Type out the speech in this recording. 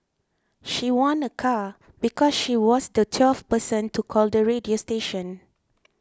she won a car because she was the twelfth person to call the radio station